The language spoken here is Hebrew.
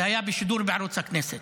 זה היה בשידור בערוץ הכנסת.